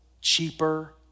cheaper